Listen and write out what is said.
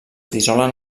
dissolen